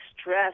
stress